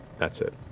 that's it.